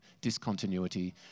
discontinuity